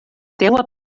teua